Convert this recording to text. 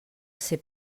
ser